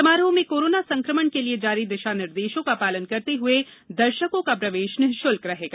समारोह में कोरोना संक्रमण के लिये जारी दिशा निर्देशों का पालन करते हए दर्शकों का प्रवेश निशुल्क रहेगा